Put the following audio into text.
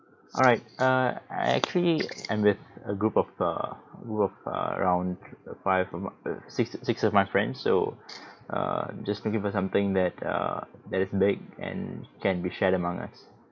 alright err I actually am with a group of err group of a around five of my uh six six of my friend so err just thinking for something that err that is make and can be shared among us